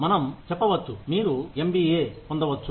మనం చెప్పవచ్చు మీరు ఎంబీఏ పొందవచ్చు